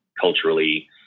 culturally